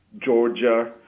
Georgia